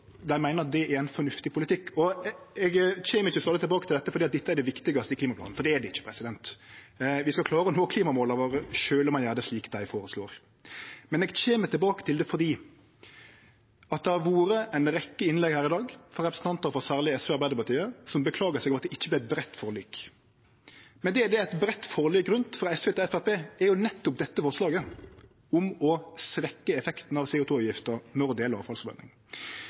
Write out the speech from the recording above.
tilbake til dette fordi eg meiner det er det viktigaste i klimaplanen, for det er det ikkje. Vi skal klare å nå klimamåla våre sjølv om vi gjer det slik dei føreslår. Eg kjem tilbake til det fordi det har vore ei rekkje innlegg her i dag, særleg frå representantar frå SV og Arbeidarpartiet, der ein beklagar seg over at det ikkje vart eit breitt forlik. Men det det er ei breitt forlik om, frå SV til Framstegspartiet, er jo nettopp dette forslaget om å svekkje effekten av CO 2 -avgifta når det gjeld